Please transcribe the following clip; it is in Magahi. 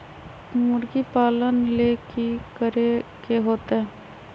मुर्गी पालन ले कि करे के होतै?